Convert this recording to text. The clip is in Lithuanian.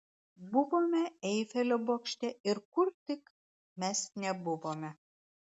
buvome eifelio bokšte ir kur tik mes nebuvome